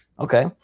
Okay